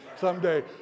someday